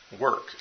work